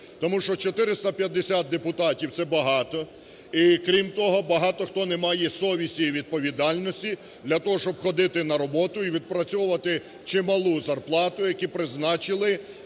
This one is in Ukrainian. Тому що 450 депутатів – це багато. І крім того, багато хто не має совісті і відповідальності для того, щоб ходити на роботу і відпрацьовувати чималу зарплату, яку призначили